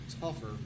tougher